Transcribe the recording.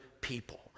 people